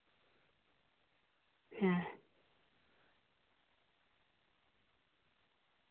ᱦᱮᱸ